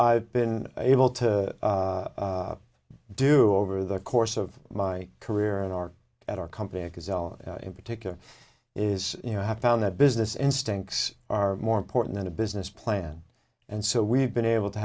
i've been able to do over the course of my career in our at our company in particular is you know i have found that business instincts are more important than a business plan and so we've been able to